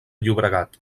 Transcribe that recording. llobregat